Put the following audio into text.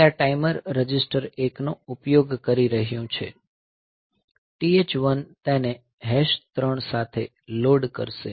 તે આ timer register 1 નો ઉપયોગ કરી રહ્યું છે TH1 તેને 3 સાથે લોડ કરશે